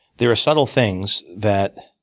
there are subtle things that,